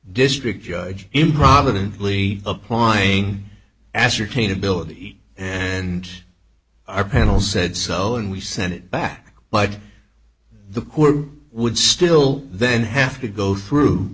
district judge improvidently applying ascertain ability and our panel said so and we sent it back but the court would still then have to go through